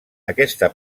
aquesta